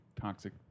toxic